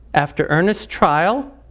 after earnest trial,